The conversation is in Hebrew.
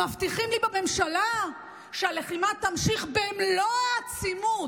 מבטיחים לי בממשלה שהלחימה תמשיך במלוא העצימות.